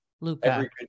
Luca